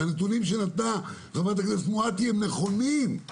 הנתונים שנתנה חברת הכנסת מואטי הם נכונים;